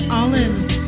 olives